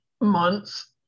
months